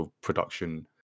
production